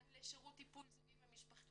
למשרד הקליטה תקציבים למתן שירות טיפול זוגי ומשפחתי.